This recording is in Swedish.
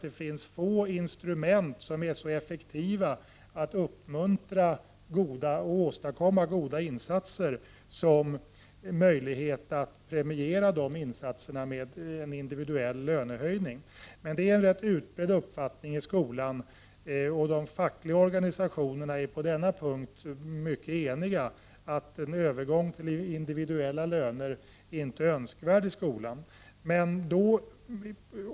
Det finns få instrument som är så effektiva när det gäller att uppmuntra till och åstadkomma goda insatser som möjligheten att premiera dessa insatser med en individuell lönehöjning. Men det är en utbredd uppfattning i skolan — de fackliga organisationerna är eniga på denna punkt — att en övergång till individuella löner inte är önskvärd i skolan.